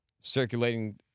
circulating